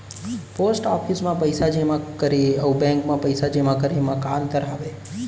post office मा पइसा जेमा करे अऊ बैंक मा पइसा जेमा करे मा का अंतर हावे